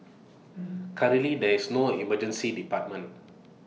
currently there is no Emergency Department